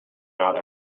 not